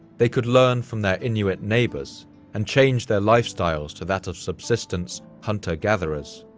they could learn from their inuit neighbors and change their lifestyles to that of subsistence hunter-gatherers,